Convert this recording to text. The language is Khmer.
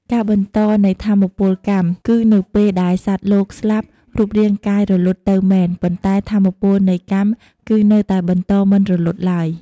ការបន្តនៃថាមពលកម្ម គឺនៅពេលដែលសត្វលោកស្លាប់ រូបរាងកាយរលត់ទៅមែន ប៉ុន្តែថាមពលនៃកម្មគឺនៅតែបន្តមិនរលត់ឡើយ។